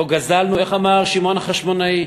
איך אמר שמעון החשמונאי?